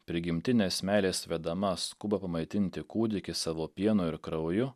prigimtinės meilės vedama skuba pamaitinti kūdikį savo pienu ir krauju